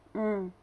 mm